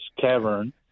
cavern